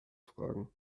fragen